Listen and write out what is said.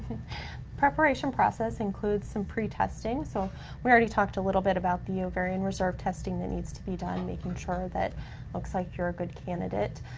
preparation process includes some pre-testing, so we already talked a little bit about the ovarian reserve testing that needs to be done, making sure that looks like you're a good candidate.